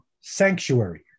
sanctuary